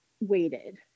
waited